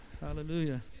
Hallelujah